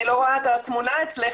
אני לא רואה את התמונה אצלך,